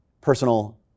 personal